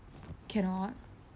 cannot